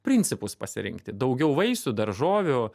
principus pasirinkti daugiau vaisių daržovių